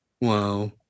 Wow